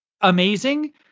amazing